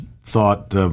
thought –